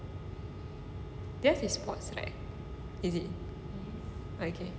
there is spots right is it